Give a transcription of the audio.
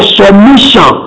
submission